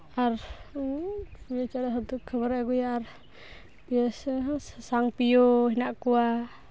ᱟᱨ ᱯᱤᱭᱳ ᱪᱮᱬᱮ ᱦᱚᱸ ᱫᱩᱠ ᱠᱷᱚᱵᱚᱨᱮ ᱟᱹᱜᱩᱭᱟ ᱟᱨ ᱯᱤᱭᱳ ᱪᱮᱬᱮ ᱦᱚᱸ ᱥᱟᱥᱟᱝ ᱯᱤᱭᱳ ᱢᱮᱱᱟᱜ ᱠᱚᱣᱟ